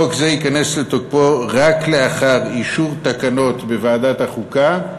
חוק זה ייכנס לתוקפו רק לאחר אישור תקנות בוועדת החוקה,